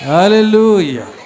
Hallelujah